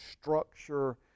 structure